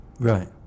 right